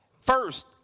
First